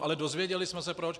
Ale dozvěděli jsme se proč.